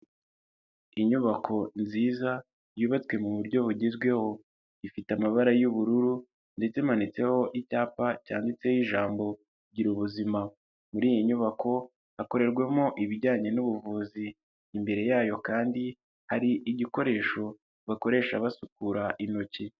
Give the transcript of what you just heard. Inyubako nziza yubatswe mu buryo bugezweho, ifite amabara y'ubururu ndetse imanitseho icyapa cyanditseho ijambo Girabu ubuzima, muri iyi nyubako hakorerwamo ibijyanye n'ubuvuzi, imbere yayo kandi hari igikoresho bakoresha basukura intoki.